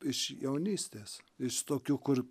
iš jaunystės iš tokių kur